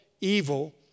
evil